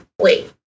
wait